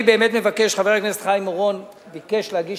חבר הכנסת חיים אורון ביקש להגיש